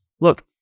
look